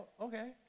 okay